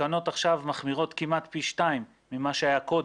התקנות עכשיו מחמירות כמעט פי שתיים מכפי שהיה קודם.